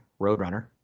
Roadrunner